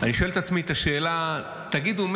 אני שואל את עצמי את השאלה: תגידו,